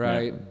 Right